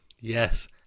Yes